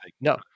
No